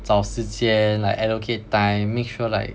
找时间 like allocate time make sure like